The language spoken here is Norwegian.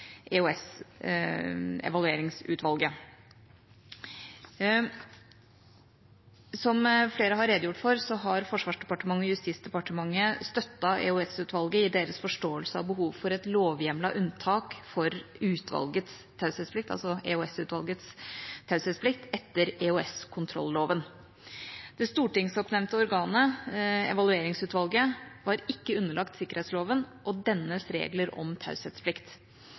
Evalueringsutvalget. Som flere har redegjort for, har Forsvarsdepartementet og Justisdepartementet støttet EOS-utvalget i deres forståelse av behovet for et lovhjemlet unntak for EOS-utvalgets taushetsplikt etter EOS-kontrolloven. Det stortingsoppnevnte organet, Evalueringsutvalget, var ikke underlagt sikkerhetsloven og dennes regler om taushetsplikt.